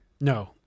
No